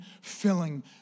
filling